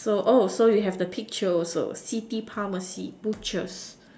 so so you have the picture also C P pharmacy butchers